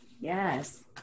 yes